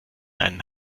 einen